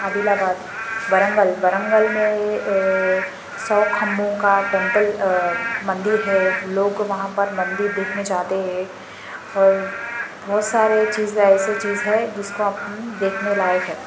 عادل آباد ورنگل ورنگل میں سو کھمبوں کو ٹیمپل مندر ہے لوگ وہاں پر مندر دیکھنے جاتے ہے اور بہت سارے چیزیں ایسی چیز ہے جس کو آپن دیکھنے لائق ہے